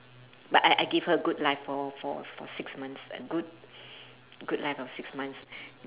but I I gave her a good life for for for six months a good good life of six months